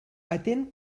atén